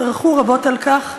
טרחו רבות על כך,